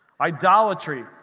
idolatry